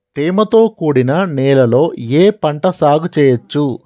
తేమతో కూడిన నేలలో ఏ పంట సాగు చేయచ్చు?